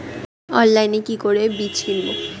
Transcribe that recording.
অনলাইনে কি করে বীজ কিনব?